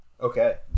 Okay